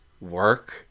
work